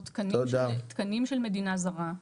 או תקנים של מדינה זרה.